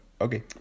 Okay